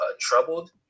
troubled